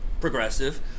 progressive